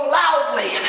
loudly